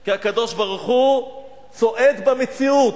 כי הקדוש-ברוך-הוא צועד במציאות,